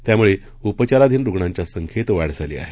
त्यामुळे उपचाराधीन रुग्णांच्या संख्येत वाढ झाली आहे